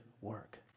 work